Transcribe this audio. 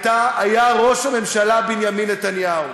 היה ראש הממשלה בנימין נתניהו.